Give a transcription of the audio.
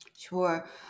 Sure